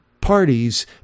parties